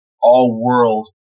all-world